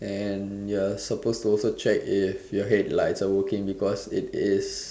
and you're supposed to also check if your headlights are working because it is